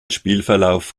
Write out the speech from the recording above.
spielverlauf